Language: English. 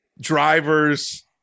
drivers